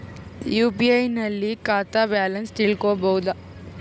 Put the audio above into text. UPI ನಲ್ಲಿ ಖಾತಾ balance ತಿಳಕೊ ಬಹುದಾ?